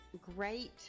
great